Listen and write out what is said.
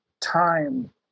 time